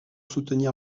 soutenir